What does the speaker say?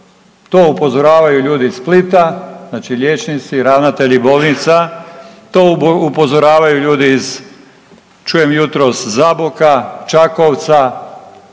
To upozoravaju ljudi iz Splita, znači liječnici, ravnatelja bolnica, to upozoravaju ljudi iz, čujem jutros Zaboka, Čakovca